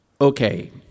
Okay